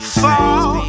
fall